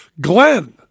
Glenn